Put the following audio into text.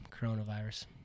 coronavirus